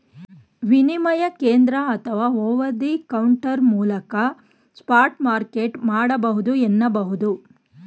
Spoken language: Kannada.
ವಿನಿಮಯ ಕೇಂದ್ರ ಅಥವಾ ಓವರ್ ದಿ ಕೌಂಟರ್ ಮೂಲಕ ಸ್ಪಾಟ್ ಮಾರ್ಕೆಟ್ ಮಾಡಬಹುದು ಎನ್ನುಬಹುದು